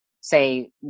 say